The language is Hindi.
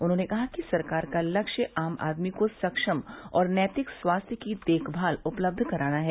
उन्होंने कहा कि सरकार का लक्ष्य आम आदमी को सक्षम और नैतिक स्वास्थ्य की देखभाल उपलब्ध कराना है